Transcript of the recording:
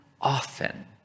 often